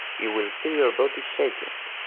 you will feel your body shaking.